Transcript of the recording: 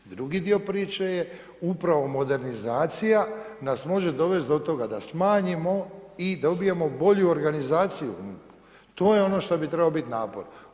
Drugi dio priče, je upravo modernizacija, nas može dovesti do toga, da smanjimo i dobijemo bolju organizaciju, to je ono što bi trebao biti napor.